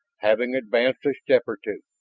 having advanced a step or two,